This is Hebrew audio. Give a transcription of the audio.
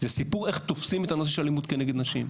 זה סיפור של איך תופסים את הנושא של אלימות כנגד נשים,